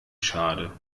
schade